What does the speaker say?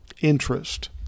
interest